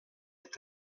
est